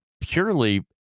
purely